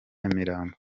nyamirambo